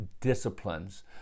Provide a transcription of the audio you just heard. disciplines